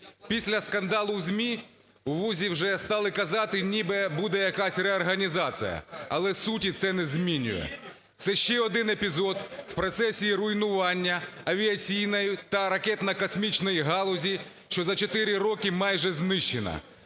Після скандалу в ЗМІ у вузі вже стали казати, ніби буде якась реорганізація, але суті це не змінює. Це ще один епізод в процесі руйнування авіаційної та ракетно-космічної галузі, що за чотири роки майже знищена.